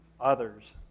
others